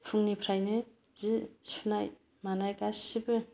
फुंनिफ्रायनो जि सुनाय मानाय गासैबो